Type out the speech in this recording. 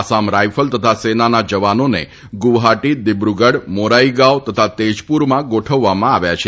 Assam rifle તથા સેનાના જવાનોને ગુવાહાટી દિબ્રુગઢ મોરાઈગાવ તથા તેજપુરમાં ગોઠવવામાં આવ્યા છે